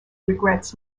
regrets